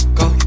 go